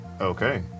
Okay